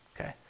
Okay